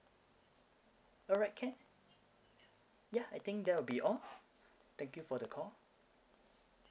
alright can yeah I think that will be all thank you for the call